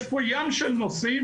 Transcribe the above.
יש פה ים של נושאים.